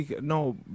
no